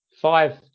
Five